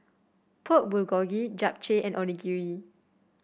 Pork Bulgogi Japchae and Onigiri